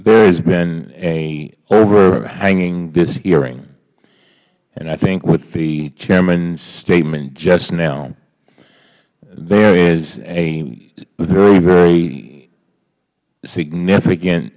there has been overhanging this hearing and i think with the chairman's statement just now there is a very very significant